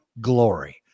glory